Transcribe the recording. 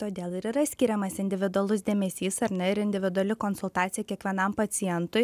todėl ir yra skiriamas individualus dėmesys ar ne ir individuali konsultacija kiekvienam pacientui